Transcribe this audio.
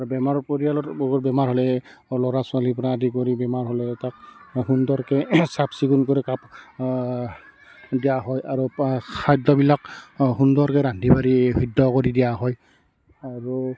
আৰু বেমাৰৰ পৰিয়ালৰ বহুত বেমাৰ হ'লে ল'ৰা ছোৱালীৰ পৰা আদি কৰি বেমাৰ হ'লে তাক সুন্দৰকৈ চাফ চিকুণ কৰি কাপ দিয়া হয় আৰু পা খাদ্যবিলাক সুন্দৰকৈ ৰান্ধি বাঢ়ি সিদ্ধ কৰি দিয়া হয় আৰু